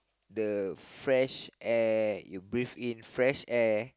the fresh air you breath in fresh air